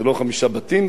זה לא חמישה בתים,